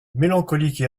mélancolique